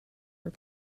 were